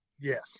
Yes